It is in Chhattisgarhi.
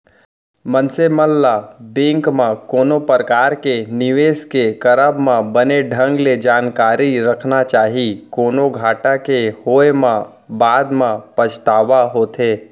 मनसे मन ल बेंक म कोनो परकार के निवेस के करब म बने ढंग ले जानकारी रखना चाही, कोनो घाटा के होय म बाद म पछतावा होथे